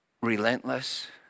relentless